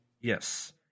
Yes